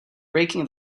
breaking